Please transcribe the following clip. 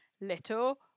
Little